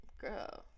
Girl